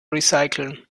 recyceln